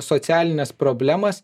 socialines problemas